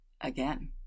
again